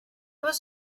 was